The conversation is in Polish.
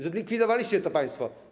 Zlikwidowaliście to państwo.